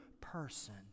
person